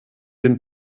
dem